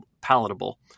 palatable